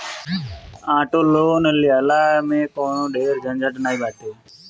auto loan के लेहला में कवनो ढेर झंझट नाइ बाटे